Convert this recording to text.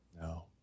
No